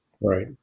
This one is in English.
right